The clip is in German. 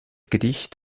gedicht